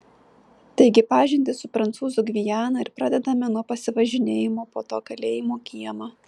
taigi pažintį su prancūzų gviana ir pradedame nuo pasivažinėjimo po to kalėjimo kiemą